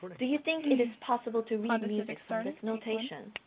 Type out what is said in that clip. do you think it is possible to read music from this notation?